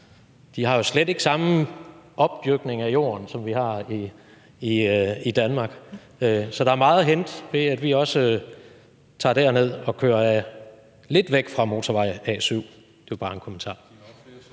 De har jo slet ikke samme opdyrkning af jorden, som vi har i Danmark. Så der er meget at hente ved, at vi også tager derned og kører lidt væk fra motorvej A7. Det var bare en kommentar.